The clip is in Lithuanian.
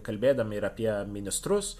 kalbėdami ir apie ministrus